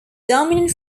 dominant